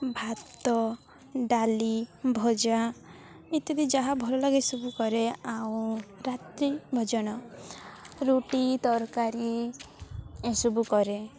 ଭାତ ଡାଲି ଭଜା ଇତ୍ୟାଦି ଯାହା ଭଲ ଲାଗେ ସବୁ କରେ ଆଉ ରାତ୍ରି ଭୋଜନ ରୁଟି ତରକାରୀ ଏସବୁ କରେ